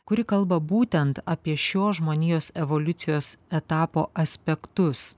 kuri kalba būtent apie šio žmonijos evoliucijos etapo aspektus